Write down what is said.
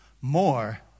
more